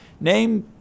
name